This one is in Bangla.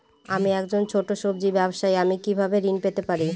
আমি একজন ছোট সব্জি ব্যবসায়ী আমি কিভাবে ঋণ পেতে পারি?